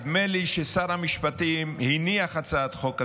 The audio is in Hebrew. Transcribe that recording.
נדמה לי ששר המשפטים הניח הצעת חוק כזאת,